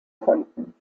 konnten